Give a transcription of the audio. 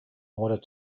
order